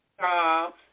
jobs